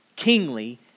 kingly